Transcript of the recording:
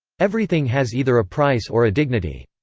everything has either a price or a dignity.